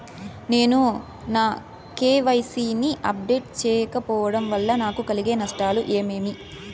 నేను నా కె.వై.సి ని అప్డేట్ సేయకపోవడం వల్ల నాకు కలిగే నష్టాలు ఏమేమీ?